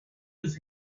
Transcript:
his